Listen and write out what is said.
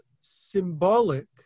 symbolic